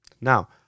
Now